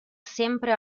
sempre